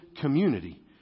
community